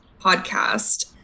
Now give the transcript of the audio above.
podcast